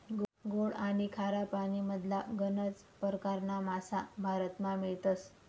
गोड आनी खारा पानीमधला गनज परकारना मासा भारतमा मियतस